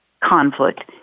conflict